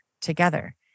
together